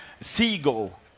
seagull